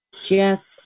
Jeff